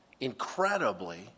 incredibly